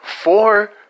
four